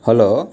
hello